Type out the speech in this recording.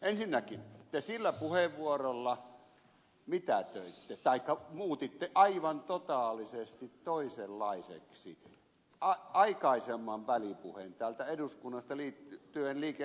ensinnäkin te sillä puheenvuorolla muutitte aivan totaalisesti toisenlaiseksi aikaisemman välipuheen täältä eduskunnasta liittyen destiaan